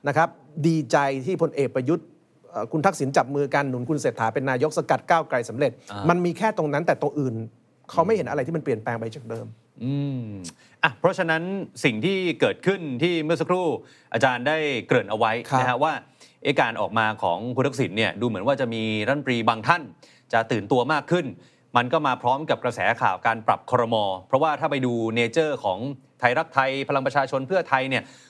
นะครับ ดีใจที่พลเอกประยุทธ์ เอ่อ คุณทักษิณจับมือกันหนุนคุณเศรษฐาเป็นนายกสกัดก้าวไกลสำเร็จอ่ามันมีแค่ตรงนั้น แต่ตัวอื่นอืมเขาไม่เห็นอะไรที่มันเปลี่ยนแปลงไปจากเดิมอืม อ่ะ เพราะฉะนั้นสิ่งที่เกิดขึ้นที่เมื่อสักครู่อาจารย์ได้เกริ่นเอาไว้ครับนะฮะ ว่าเอาการออกมาของคุณทักษิณเนี่ย ดูเหมือนว่าจะมีรัฐมนตรีบางท่านจะตื่นตัวมากขึ้น มันก็มาพร้อมกับกระแสข่าวการปรับ ครม. เพราะว่าถ้าไปดู nature ของไทยรักไทย พลังประชาชน เพื่อไทยเนี่ย